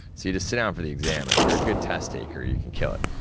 so, you just sit down for the exam, and if you're a good test taker, you can kill it.